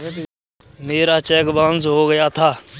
मेरा cheque bounce हो गया था